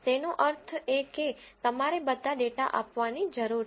તેનો અર્થ એ કે તમારે બધા ડેટા આપવાની જરૂર છે